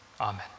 amen